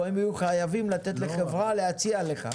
פה הם יהיו חייבים לתת לחברה להציע לך.